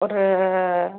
ஒரு